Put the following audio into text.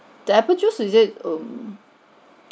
the apple juice is it mm